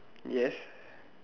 yes